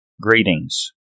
greetings